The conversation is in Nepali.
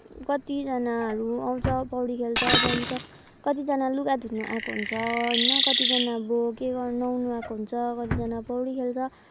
कतिजनाहरू आउँछ पौडी खेल्छ जान्छ कतिजना लुगा धुनु आएको हुन्छ होइन कतिजना अब के गर्नु नुहाउनु आएको हुन्छ कतिजना पौडी खेल्छ